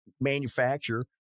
manufacture